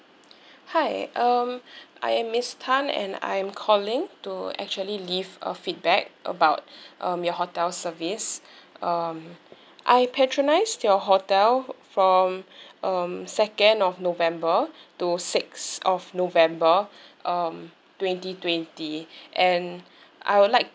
hi um I am miss tan and I'm calling to actually leave a feedback about um your hotel service um I patronised your hotel from um second of november to six of november um twenty twenty and I would like